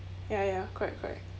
ya ya correct correct